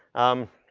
um,